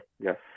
Yes